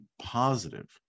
positive